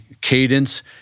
cadence